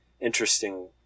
interesting